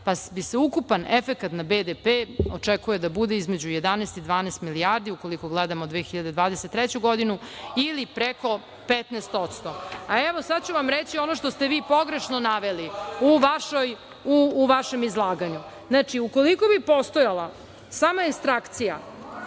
pa bi se ukupan efekat na BDP, očekuje da bude, između 11 i 12 milijardi, ukoliko gledamo 2023. godinu ili preko 15%.Evo, sada ću vam reći što ste vi pogrešno naveli u vašem izlaganju. Znači, ukoliko bi postojala sama ekstrakcija